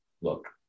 look